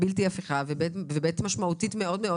בלתי הפיכה ומשמעותית מאוד,